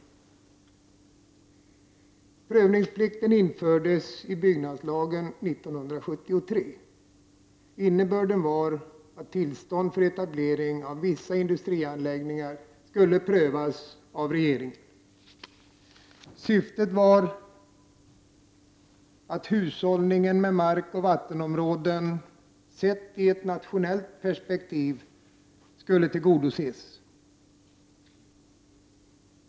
Prövningsplikten infördes i byggnadslagen 1973. Innebörden var att tillstånd för etablering av vissa industrianläggningar skulle prövas av regeringen. Syftet var att hushållningen med markoch vattenområden, sett i ett nationellt perspektiv, skulle tillgodoses.